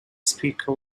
speaker